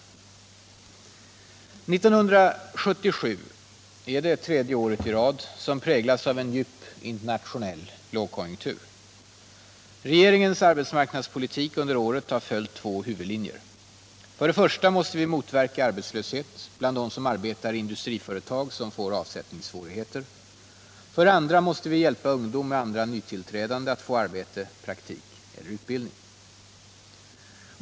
1977 är det tredje året i rad som präglas av en djup internationell lågkonjunktur. Regeringens arbetsmarknadspolitik under året har följt två huvudlinjer. För det första måste vi motverka arbetslöshet bland dem som arbetar i industriföretag som får avsättningssvårigheter. För det andra måste vi hjälpa ungdom och andra nytillträdande att få arbete, praktik eller utbildning.